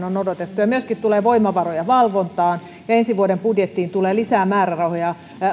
on odotettu ja myöskin tulee voimavaroja valvontaan ensi vuoden budjettiin tulee lisää määrärahoja